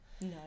no